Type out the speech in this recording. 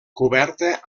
coberta